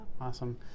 awesome